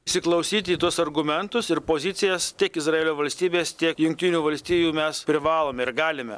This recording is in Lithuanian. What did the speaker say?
įsiklausyti į tuos argumentus ir pozicijas tiek izraelio valstybės tiek jungtinių valstijų mes privalome ir galime